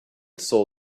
saw